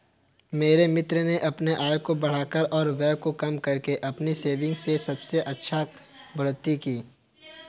मेरे मित्र ने अपने आय को बढ़ाकर और व्यय को कम करके अपनी सेविंग्स में अच्छा खासी बढ़ोत्तरी की